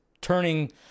turning